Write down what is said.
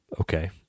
okay